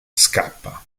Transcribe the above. scappa